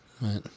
Right